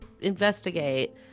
investigate